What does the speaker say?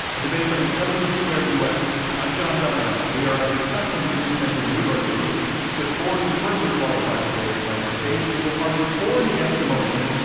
a debate from intelligence squared u. s. i'm john donvan. we are at the kaufmann music center in new york city with four superbly qualified debaters on this stage who will argue for and against the motion,